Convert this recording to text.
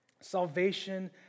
Salvation